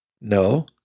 No